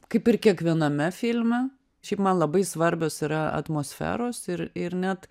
kaip ir kiekviename filme šiaip man labai svarbios yra atmosferos ir ir net